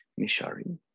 Mishari